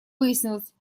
выяснилось